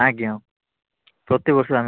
ଆଜ୍ଞା ପ୍ରତି ବର୍ଷ ଆମେ